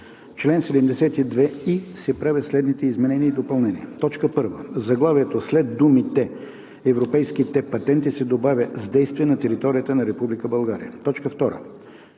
чл. 72и се правят следните изменения и допълнения: 1. В заглавието след думите „европейските патенти“ се добавя „с действие на територията на Република